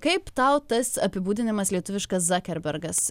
kaip tau tas apibūdinimas lietuviškas zakerbergas